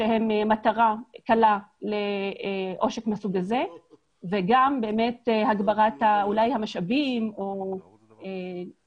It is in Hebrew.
שהן מהוות מטרה קלה לעושק מן הסוג הזה וגם הגברת המשאבים ואכיפה